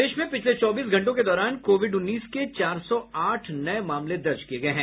प्रदेश में पिछले चौबीस घंटों के दौरान कोविड उन्नीस के चार सौ आठ नये मामले दर्ज किये गये हैं